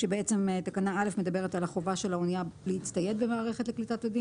תקנה א' מדברת על חובת האנייה להצטייד במערכת לקליטת אדים,